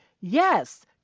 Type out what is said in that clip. Yes